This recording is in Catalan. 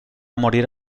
morir